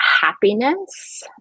happiness